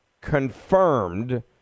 confirmed